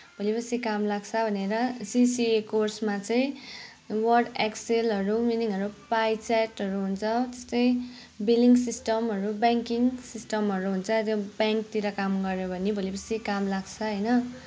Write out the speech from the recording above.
भोलि पर्सि काम लाग्छ भनेर सिसिए कोर्समा चाहिँ वर्ड एक्सेलहरू मिनिङहरू पाइ चेटहरू हुन्छ त्यस्तै बिलिङ सिस्टमहरू ब्याङ्किङ सिस्टमहरू हुन्छ त्यो ब्याङ्कतिर काम गऱ्यो भने भोलि पर्सि काम लाग्छ होइन